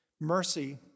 Mercy